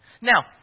Now